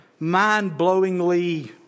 mind-blowingly